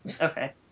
Okay